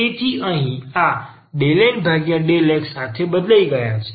તેથી અહીં આ ∂N∂x સાથે બદલી ગયા છે